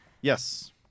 Yes